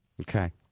Okay